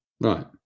Right